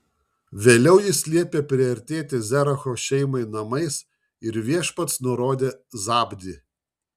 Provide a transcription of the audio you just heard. vėliau jis liepė priartėti zeracho šeimai namais ir viešpats nurodė zabdį